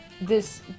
this-